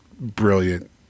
brilliant